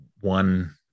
one